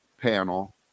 panel